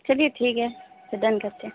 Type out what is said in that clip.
चलिए ठीक है फिर डन करते हैं